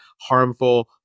harmful